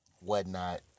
whatnot